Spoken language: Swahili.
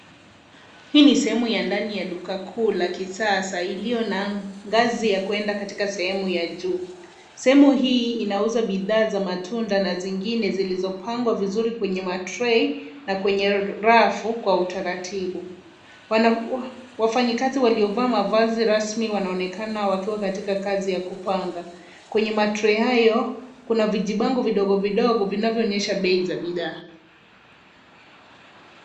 Hii ni sehemu ya ndani ya duka kuu la kisasa iliyo na ngazi ya kwenda katika sehemu ya juu. Sehemu hii inauza bidhaa za matunda na zingine zilizopangwa vizuri kwenye ma tray na kwenye rafu kwa utaratibu. Wafanyikazi waliovaa mavazi rasmi wanaonekana wakiwa katika kazi ya kupanga. Kwenye ma tray hayo kuna vijibango vidogo vidogo vinavyoonyesha bei za bidhaa.